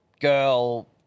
girl